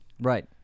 Right